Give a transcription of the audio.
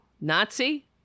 nazi